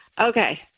Okay